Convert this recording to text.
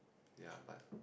ya but